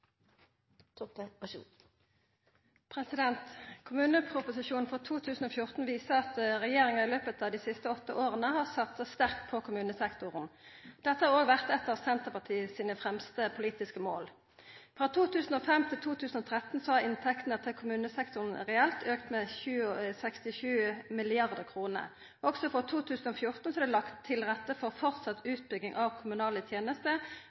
synspunkter for. Kommuneproposisjonen for 2014 viser at regjeringa i løpet av dei siste åtte åra har satsa sterkt på kommunesektoren. Dette har òg vore eit av Senterpartiet sine fremste politiske mål. Frå 2005 til 2013 har inntektene til kommunesektoren reelt økt med 67 mrd. kr. Også for 2014 er det lagt til rette for framleis utbygging av kommunale tenester,